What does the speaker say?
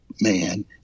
man